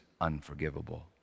unforgivable